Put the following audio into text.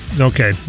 Okay